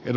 edu